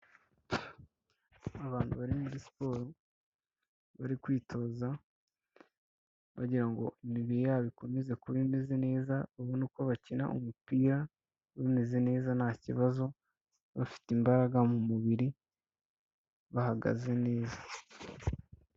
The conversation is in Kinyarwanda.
Abantu ba siporo bari kwitoza bagira ngo imibiri yabo ikomeze kuba imeze neza bobone uko bakina umupira bameze neza nta kibazo bafite imbaraga mu mubiri bahagaze neza.